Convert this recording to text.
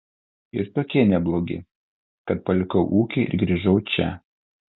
ir tokie neblogi kad palikau ūkį ir grįžau čia